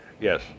yes